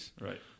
Right